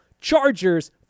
Chargers